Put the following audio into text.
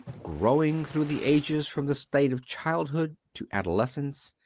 growing through the ages from the state of childhood to adolescence,